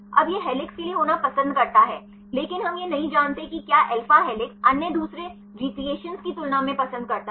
अब यह हेलिक्स के लिए होना पसंद करता है लेकिन हम यह नहीं जानते कि क्या अल्फा हेलिक्स अन्य दूसरे रीक्रिएशंस की तुलना में पसंद करता है